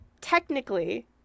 technically